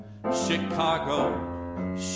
Chicago